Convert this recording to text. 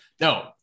No